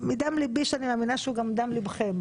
מדם ליבי שאני מאמינה שהוא גם דם לבכם.